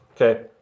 Okay